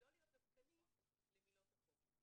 לא להיות דווקני למילות החוק.